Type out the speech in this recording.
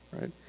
right